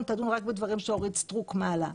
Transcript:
תדון רק בדברים שאורית סטרוק מעלה,